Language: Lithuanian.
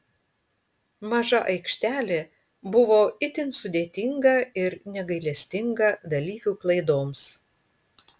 maža aikštelė buvo itin sudėtinga ir negailestinga dalyvių klaidoms